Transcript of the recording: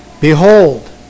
Behold